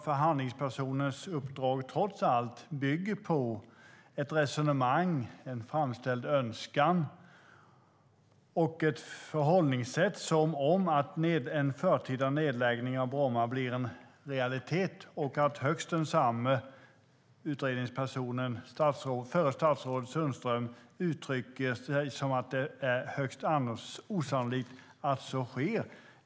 Förhandlingspersonens uppdrag bygger trots allt på ett resonemang, en framställd önskan och ett förhållningssätt som om en förtida nedläggning av Bromma blir en realitet. Samma förhandlingsperson, förre statsrådet Sundström, uttrycker att det är högst osannolikt att så sker.